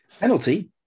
Penalty